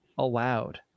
allowed